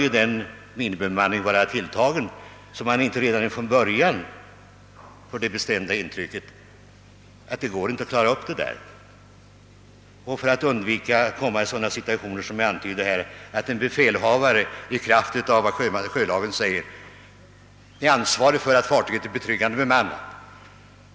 Minimibesättningen bör då vara så tilltagen att man inte redan från början får det bestämda intrycket att det hela inte går att klara upp, detta bl.a. för att undvika sådana situationer som jag förut antydde. En befälhavare är i kraft av vad sjölagen säger ansvarig för att fartyget är betryggande bemannat.